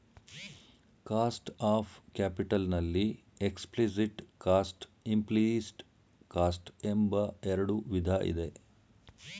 cost of capital ನಲ್ಲಿ explicit cost, implicit cost ಎಂಬ ಎರಡು ವಿಧ ಇದೆ